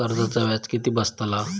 कर्जाचा व्याज किती बसतला?